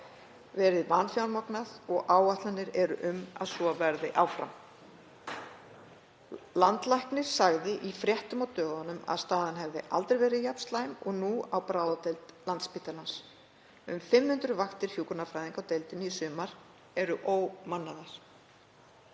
verið vanfjármagnað og áætlanir eru um að svo verði áfram. Landlæknir sagði í fréttum á dögunum að staðan hefði aldrei verið jafn slæm og nú á bráðadeild Landspítalans. Um 500 vaktir hjúkrunarfræðinga á deildinni í sumar eru ómannaðar.